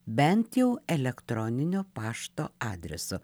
bent jau elektroninio pašto adreso